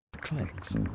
clicks